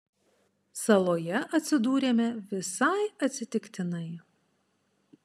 saloje atsidūrėme visai atsitiktinai